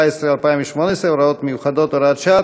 ו-2018 (הוראות מיוחדות) (הוראת שעה),